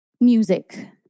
music